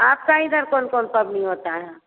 आपका इधर कौन कौन पवनी होता है